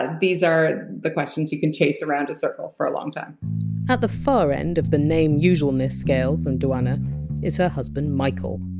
ah these are the questions you can chase around a circle for a long time at the far end of the name usualness scale from duana is her husband michael.